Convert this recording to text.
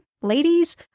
ladies